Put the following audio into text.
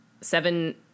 seven